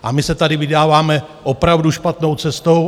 A my se tady vydáváme opravdu špatnou cestou.